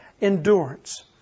endurance